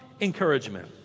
encouragement